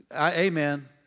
Amen